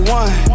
one